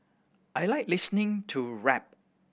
I like listening to rap